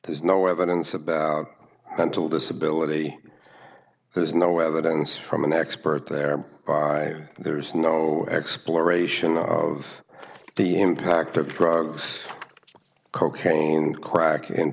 there's no evidence of mental disability there's no evidence from an expert there there's no exploration of the impact of drugs cocaine crack in